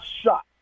shot